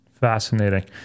Fascinating